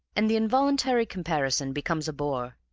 and the involuntary comparison becomes a bore.